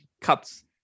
cuts